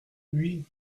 oui